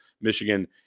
Michigan